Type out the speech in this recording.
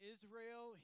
Israel